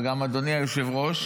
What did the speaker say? וגם אדוני היושב-ראש,